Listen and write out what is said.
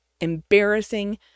embarrassing